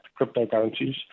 cryptocurrencies